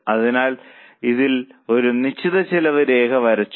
അതിനാൽ അതിൽ ഒരു നിശ്ചിത ചെലവ് രേഖ വരച്ചു